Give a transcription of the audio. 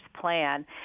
plan